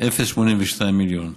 ו-82 מיליון.